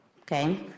okay